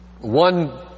one